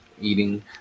eating